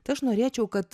tai aš norėčiau kad